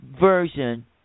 Version